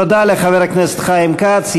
תודה לחבר הכנסת חיים כץ.